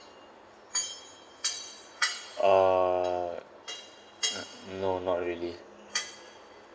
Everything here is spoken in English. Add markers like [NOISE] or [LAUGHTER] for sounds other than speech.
uh [NOISE] no not really